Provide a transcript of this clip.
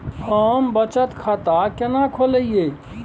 हम बचत खाता केना खोलइयै?